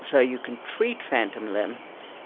so you can treat phantom limb